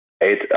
eight